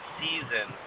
season